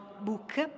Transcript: book